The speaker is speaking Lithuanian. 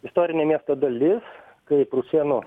istorinė miesto dalis kaip rusėnų